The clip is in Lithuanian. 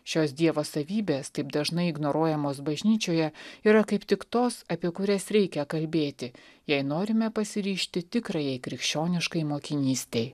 šios dievo savybės taip dažnai ignoruojamos bažnyčioje yra kaip tik tos apie kurias reikia kalbėti jei norime pasiryžti tikrajai krikščioniškai mokinystei